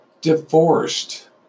divorced